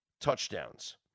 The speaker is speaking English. touchdowns